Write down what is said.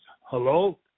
Hello